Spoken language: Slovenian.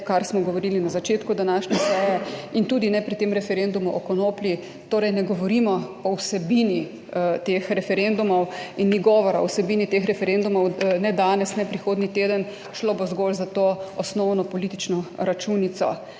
kar smo govorili na začetku današnje seje in tudi ne pri tem referendumu o konoplji. Torej ne govorimo o vsebini teh referendumov in ni govora o vsebini teh referendumov ne danes ne prihodnji teden, šlo bo zgolj za to osnovno politično računico.